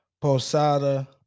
Posada